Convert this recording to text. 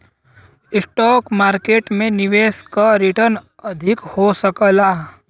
stock market में निवेश क रीटर्न अधिक हो सकला